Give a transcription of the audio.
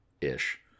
ish